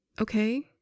Okay